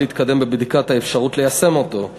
להתקדם בבדיקת האפשרות ליישם אותו.